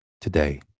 today